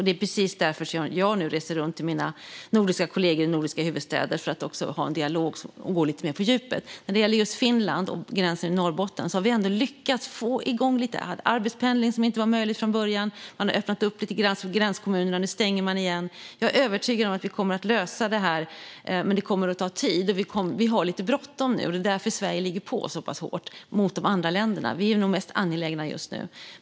Det är precis därför som jag nu reser runt till mina nordiska kollegor i de nordiska huvudstäderna för att ha en dialog som går lite mer på djupet. När det gäller just Finland och gränsen i Norrbotten har vi ändå lyckats få igång lite arbetspendling, vilket inte var möjligt från början, och man har öppnat lite för gränskommunerna. Men nu stänger man igen. Jag är övertygad om att vi kommer att lösa detta, men det kommer att ta tid. Vi har lite bråttom nu, och det är därför Sverige ligger på så pass hårt mot de andra länderna. Vi är nog de mest angelägna just nu.